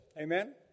Amen